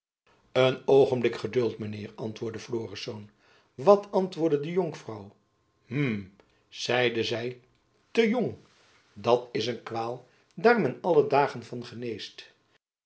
een oogenblik geduld mijn heer antwoordde florisz wat antwoordde de jonkvrouw hm zeide zy te jong dat is een kwaal daar men alle dagen van geneest